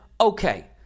Okay